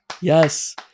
Yes